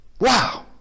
Wow